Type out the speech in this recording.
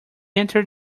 entered